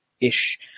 ish